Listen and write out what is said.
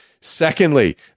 Secondly